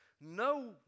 No